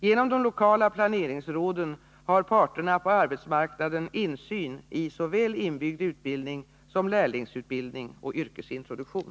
Genom de lokala planeringsråden har parterna på arbetsmarknaden insyn i såväl inbyggd utbildning som lärlingsutbildning och yrkesintroduktion.